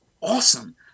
awesome